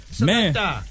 Man